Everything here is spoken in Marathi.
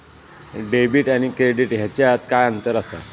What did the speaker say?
डेबिट आणि क्रेडिट ह्याच्यात काय अंतर असा?